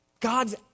God's